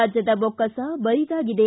ರಾಜ್ಯದ ಬೊಕ್ಕಸ ಬರಿದಾಗಿದೆ